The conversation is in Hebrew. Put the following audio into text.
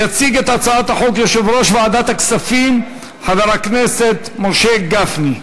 יציג את הצעת החוק יושב-ראש ועדת הכספים חבר הכנסת משה גפני.